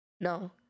no